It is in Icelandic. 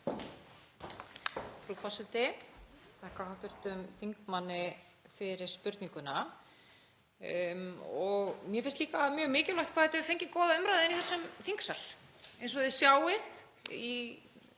Frú forseti. Ég þakka hv. þingmanni fyrir spurninguna. Mér finnst líka mjög mikilvægt hvað þetta hefur fengið góða umræðu í þessum þingsal. Eins og þið sjáið í